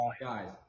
guys